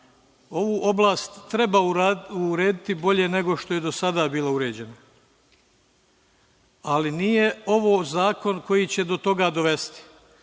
ovu oblast treba urediti bolje nego što je do sada bila uređena, ali nije ovo zakon koji će do toga dovesti.